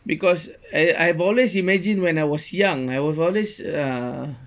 because I I've always imagine when I was young I was always uh